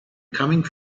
coming